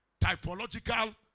typological